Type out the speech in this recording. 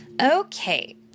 Okay